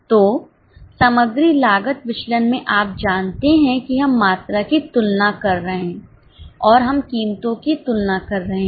तो सामग्री लागत विचलन में आप जानते हैं कि हम मात्रा की तुलना कर रहे हैं और हम कीमतों की तुलना कर रहे हैं